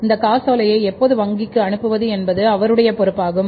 அந்த காசோலையை எப்போது வங்கிக்கு அனுப்புவது என்பது அவருடைய பொறுப்பாகும்